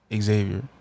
Xavier